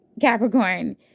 capricorn